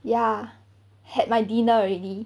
ya had my dinner already